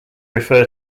refer